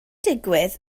digwydd